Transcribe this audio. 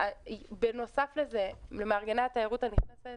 בנוסף לזה, למארגני התיירות הנכנסת